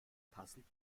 passend